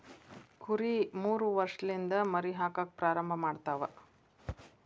ಕುರಿ ಮೂರ ವರ್ಷಲಿಂದ ಮರಿ ಹಾಕಾಕ ಪ್ರಾರಂಭ ಮಾಡತಾವ